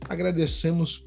Agradecemos